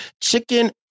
chicken